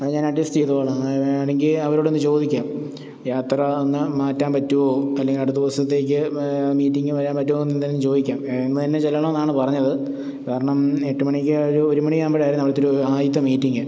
അങ്ങനെ അഡ്ജസ്റ്റ് ചെയ്തോളാം വേണമെങ്കില് അവരോടൊന്ന് ചോദിക്കാം യാത്ര അങ്ങനെ മാറ്റാൻ പറ്റുമോ അല്ലെങ്കില് അടുത്ത ദിവസത്തേക്ക് മീറ്റിങ്ങിന് വരാൻ പറ്റുമോന്നെന്തെങ്കിലും ചോദിക്കാം ഇന്ന് തന്നെ ചെല്ലണോന്നാണ് പറഞ്ഞത് കാരണം എട്ട് മണിക്ക് ഒരു മണിയാകുമ്പോഴായിരുന്നു ആദ്യത്തെ മീറ്റിങ്ങ്